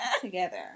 together